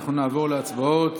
אנחנו נעבור להצבעות